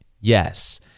Yes